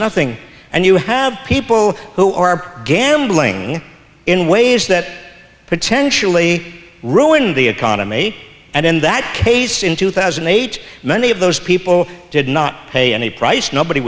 nothing and you have people who are gambling in ways that potentially ruined the economy and in that case in two thousand and eight many of those people did not pay any price nobody